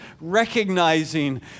recognizing